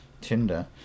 Tinder